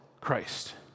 Christ